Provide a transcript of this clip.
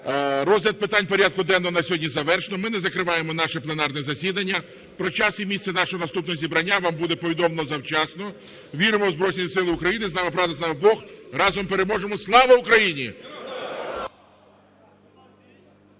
розгляд питань порядку денного на сьогодні завершено. Ми не закриваємо наше пленарне засідання. Про час і місце нашого наступного зібрання вам буде повідомлено завчасно. Віримо у Збройні Сили України, з нам правда, з нами Бог, разом переможемо. Слава Україні!